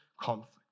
conflict